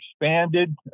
expanded